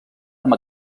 amb